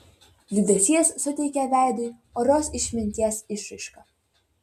liūdesys suteikė veidui orios išminties išraišką